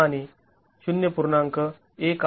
०८४wp आणि ०